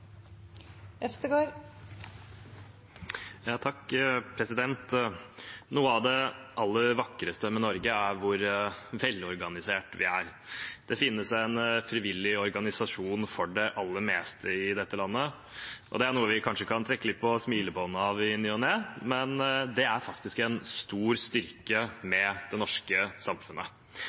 hvor velorganisert vi er. Det finnes en frivillig organisasjon for det aller meste i dette landet. Det er noe vi kanskje kan trekke litt på smilebåndet av i ny og ne, men det er faktisk en stor styrke med det norske samfunnet.